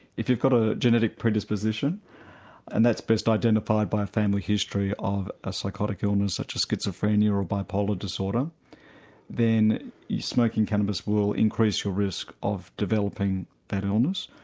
if you've got a genetic predisposition and that's best identified by a family history of a psychotic illness such as schizophrenia or bipolar disorder then you smoking cannabis will increase your risk of developing that illness.